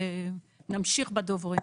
ונמשיך בדוברים.